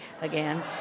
again